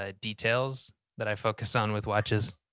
ah details that i focus on with watches.